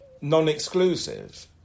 non-exclusive